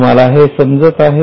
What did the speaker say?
तुम्हाला हे समजत आहे का